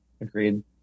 Agreed